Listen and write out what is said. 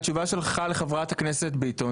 והתשובה שלך לחברת הכנסת ביטון,